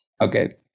okay